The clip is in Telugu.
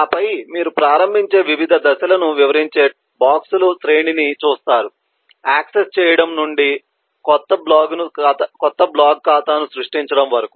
ఆపై మీరు ప్రారంభించే వివిధ దశలను వివరించే బాక్సుల శ్రేణిని చూస్తారు యాక్సెస్ చేయడం నుండి క్రొత్త బ్లాగ్ ఖాతాను సృష్టించడం వరకు